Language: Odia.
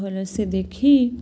ଭଲସେ ଦେଖି